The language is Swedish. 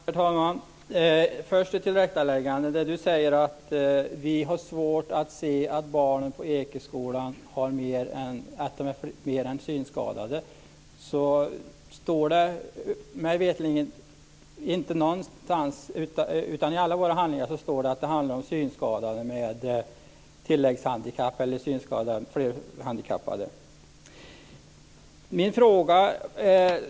Herr talman! Först ett tillrättaläggande. Sten Tolgfors säger att vi har svårt att se att barnen på Ekeskolan är mer än synskadade. I alla våra handlingar står det att det handlar om synskadade med tilläggshandikapp eller i övrigt handikappade.